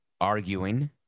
arguing